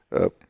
up